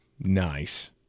nice